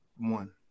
one